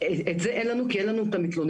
את זה אין לנו, כי אין לנו את המתלוננים.